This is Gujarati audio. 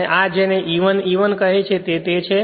અને આ જેને E 1 E 1 કહે છે તે છે